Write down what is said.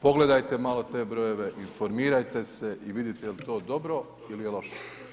Pogledajte malo te brojeve, informirajte se i vidite jel to dobro ili loše.